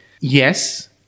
Yes